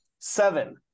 seven